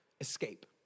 escape